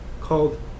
called